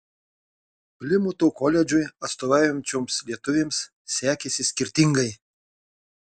plimuto koledžui atstovaujančioms lietuvėms sekėsi skirtingai